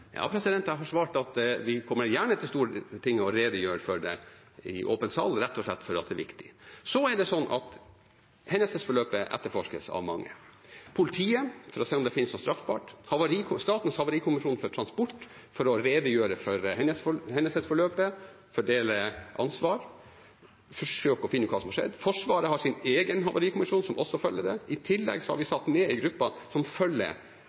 Jeg har svart at vi gjerne kommer til Stortinget og redegjør for det i åpen sal – rett og slett fordi det er viktig. Hendelsesforløpet etterforskes av mange – av politiet, for å se om det finnes noe straffbart, av Statens havarikommisjon for transport, for å redegjøre for hendelsesforløpet, fordele ansvar og forsøke å finne ut hva som skjedde, av Forsvarets egen havarikommisjon, som også følger det. I tillegg har vi satt ned en gruppe som følger